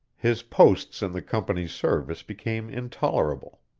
his posts in the company's service became intolerable.